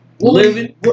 living